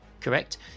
Correct